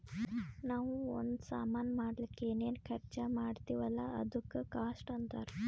ನಾವೂ ಒಂದ್ ಸಾಮಾನ್ ಮಾಡ್ಲಕ್ ಏನೇನ್ ಖರ್ಚಾ ಮಾಡ್ತಿವಿ ಅಲ್ಲ ಅದುಕ್ಕ ಕಾಸ್ಟ್ ಅಂತಾರ್